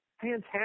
fantastic